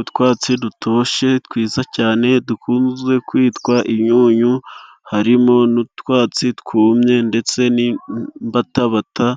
Utwatsi dutoshye twiza cyane, dukunze kwitwa inyunyu, harimo n'utwatsi twumye, ndetse n'mbatabata ,